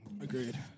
Agreed